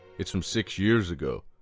it's from six years ago,